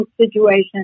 situation